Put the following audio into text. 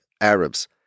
Arabs